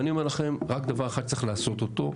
ואני אומר לכם רק דבר אחד שצריך לעשות אותו,